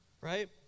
right